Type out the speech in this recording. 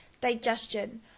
digestion